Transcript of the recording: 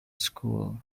school